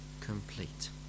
complete